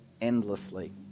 endlessly